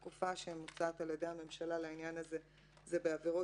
התקופה שמוצעת על-יד הממשלה בעניין הזה זה בעבירות